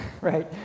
right